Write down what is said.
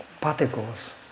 particles